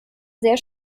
sehr